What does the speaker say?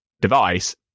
device